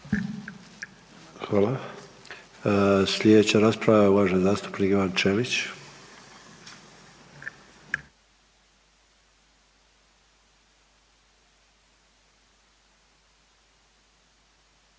Hvala. Sljedeća rasprava je uvaženi zastupnik Ivan Ćelić.